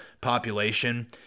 population